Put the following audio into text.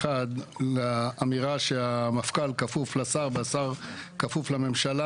לאמירה שהמפכ"ל כפוף לשר והשר כפוף לממשלה,